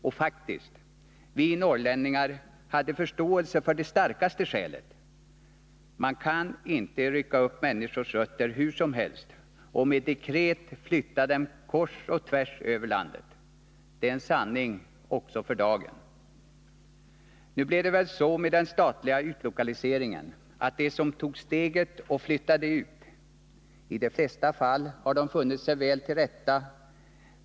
Och faktiskt, vi norrlänningar hade förståelse för det starkaste skälet: man kan inte rycka upp människors rötter hur som helst och med dekret flytta dem kors och tvärs över landet. Det är en sanning också för dagen. Nu blev det väl så med den statliga utlokaliseringen att de som tog steget och flyttade ut i de flesta fall har funnit sig väl till rätta.